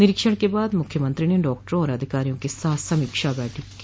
निरीक्षण के बाद मुख्यमंत्री ने डॉक्टरों आर अधिकारियों के साथ समीक्षा बैठक की